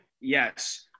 Yes